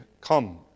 Come